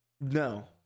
No